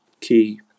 key